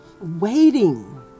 waiting